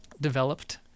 developed